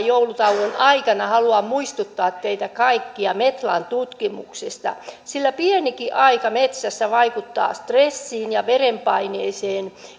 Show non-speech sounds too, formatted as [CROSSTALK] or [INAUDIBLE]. [UNINTELLIGIBLE] joulutauon edellä haluan muistuttaa teitä kaikkia metlan tutkimuksista sillä pienikin aika metsässä vaikuttaa stressiin ja verenpaineeseen